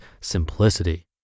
simplicity